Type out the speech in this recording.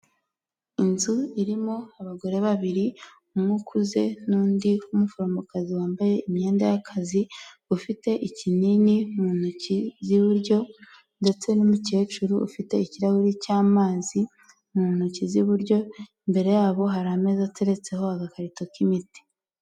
Inzu irimo abagore babiri umumwe ukuze n'undi w'umuforomokazi wambaye imyenda y'akazi ufite ikinini mu ntoki z'iburyo, ndetse n'umukecuru ufite ikirahuri cy'amazi mu ntoki z'iburyo, imbere yabo hari ameza ateretseho agakarito k'imiti.